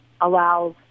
allows